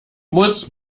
muss